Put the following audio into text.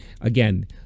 again